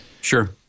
Sure